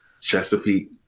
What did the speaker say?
Chesapeake